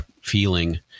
feeling